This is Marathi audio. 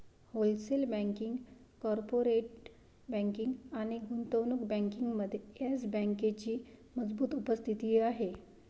होलसेल बँकिंग, कॉर्पोरेट बँकिंग आणि गुंतवणूक बँकिंगमध्ये येस बँकेची मजबूत उपस्थिती आहे